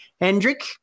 Hendrik